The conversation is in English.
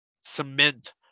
cement